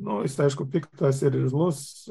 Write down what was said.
nu jis aišku piktas ir irzlus